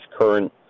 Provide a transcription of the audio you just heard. current